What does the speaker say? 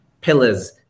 pillars